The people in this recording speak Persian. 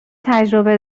تجربه